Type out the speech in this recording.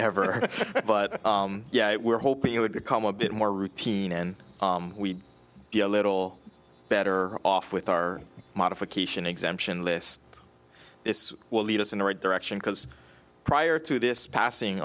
ever but yeah we're hoping it would become a bit more routine and we get a little better off with our modification exemption list this will lead us in the right direction because prior to this passing